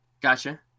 Gotcha